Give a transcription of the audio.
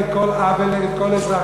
נגד כל עוול נגד כל אזרח,